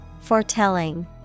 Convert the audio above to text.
Foretelling